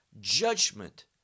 judgment